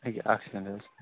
أکیٛاہ اَکھ سیٚکَنٛڈ حظ